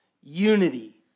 unity